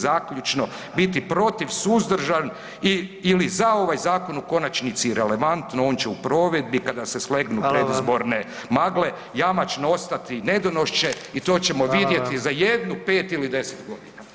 Zaključno biti protiv, suzdržan i/ili za ovaj zakon u konačnici je irelevantno, on će u provedbi kada se slegnu predizborne [[Upadica: Hvala vam.]] magle jamačno ostati nedonošče i to ćemo vidjeti za 1, 5 ili 10 godina.